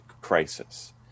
crisis